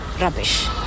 rubbish